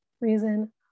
reason